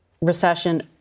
recession